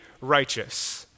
righteous